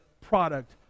product